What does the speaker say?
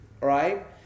right